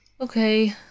okay